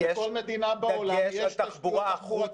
בכל מדינה בעולם יש תשתיות תחבורתיות.